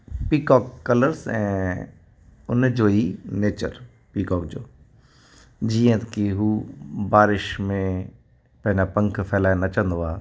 peacock colours ऐं उन जो ई नेचर पीकॉक जो जीअं की हू बारिश में पंहिंजा पंख फ़ैलाए नचंदो आहे